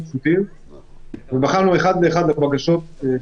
פרופסור גרוטו, בבקשה.